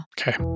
Okay